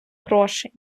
грошей